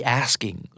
asking